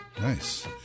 Nice